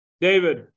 david